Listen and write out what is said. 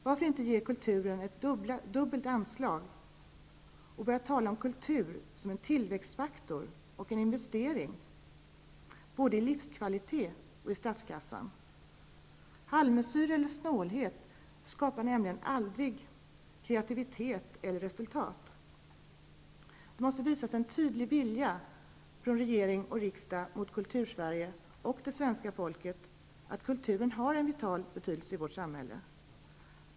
Varför inte ge kulturen ett dubbelt anslag och börja tala om kultur som en tillväxtfaktor och investering, i både livskvalitet och statskassa. Halvmesyrer eller snålhet skapar nämligen aldrig resultat eller kreativitet. Det måste visas en tydlig vilja från regering och riksdag mot Kultursverige och det svenska folket att kulturen har en vital betydelse i vårt samhälle.